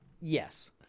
Yes